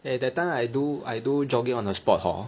eh that time I do I do jogging on the spot hor